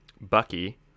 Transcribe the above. Bucky